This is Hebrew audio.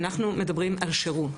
אנחנו מדברים על שירות.